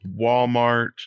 Walmart